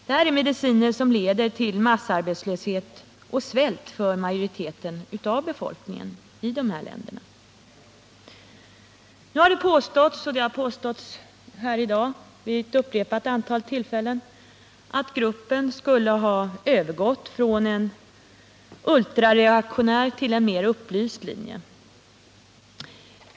Det är mediciner som leder till massarbetslöshet och svält för majoriteten av befolkningen i dessa länder. Nu har det påståtts — och det har även skett i dag vid upprepade tillfällen — att gruppen skulle ha övergått från en ultrareaktionär till en mer upplyst linje.